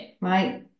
right